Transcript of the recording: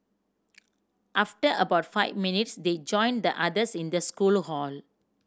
after about five minutes they joined the others in the school hall